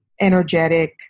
energetic